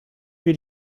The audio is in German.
wir